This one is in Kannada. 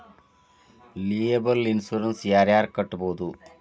ಲಿಯೆಬಲ್ ಇನ್ಸುರೆನ್ಸ ಯಾರ್ ಯಾರ್ ಕಟ್ಬೊದು